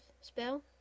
spell